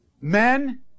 Men